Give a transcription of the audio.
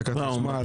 הסביבה,